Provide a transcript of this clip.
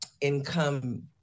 income